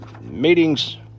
meeting's